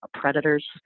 predators